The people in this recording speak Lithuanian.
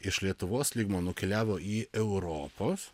iš lietuvos lygmuo nukeliavo į europos